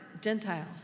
Gentiles